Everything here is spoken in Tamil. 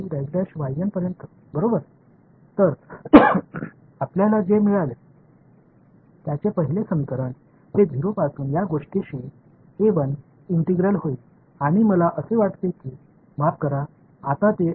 எனவே முன்பு போலவே முதல் சமன்பாடு நான் இன்டெக்ரால் 0 முதல் இந்த விஷயத்திற்கு பெறுவேன்மேலும் என்னிடம் அவர்கள் இனி இதுவாக இருக்க மாட்டார்கள்